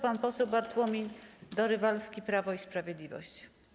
Pan poseł Bartłomiej Dorywalski, Prawo i Sprawiedliwość.